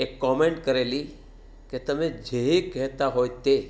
એક કોમેન્ટ કરેલી કે તમે જે કહેતા હોય તે